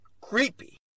creepy